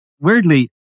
Weirdly